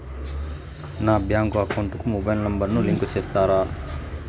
నా bank account కు mobile number ను లింకు చేస్తారా?